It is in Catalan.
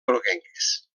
groguenques